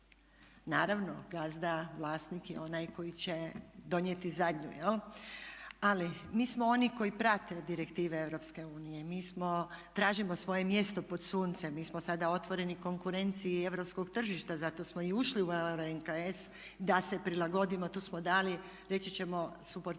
naravno gazda vlasnik je onaj koji će donijeti zadnju jel', ali mi smo oni koji prate direktive EU, mi tražimo svoje mjesto pod suncem, mi smo sada otvoreni konkurenciji europskog tržišta zato smo i ušli u …/Govornica se ne razumije./… da se prilagodimo. Tu smo dali reći ćemo supportirali